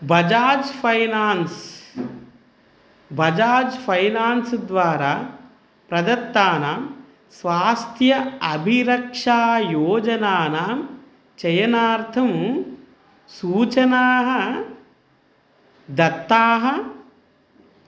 Bajaj finance Bajaj finance द्वारा प्रदत्तानां स्वास्थ्य अभिरक्षायोजनानां चयनार्थं सूचनाः दत्ताः